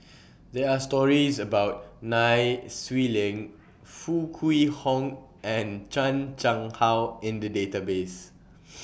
There Are stories about Nai Swee Leng Foo Kwee Horng and Chan Chang How in The Database